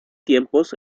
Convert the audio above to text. tiempos